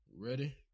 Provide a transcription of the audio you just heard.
Ready